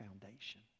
foundation